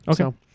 Okay